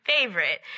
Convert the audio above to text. favorite